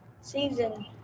season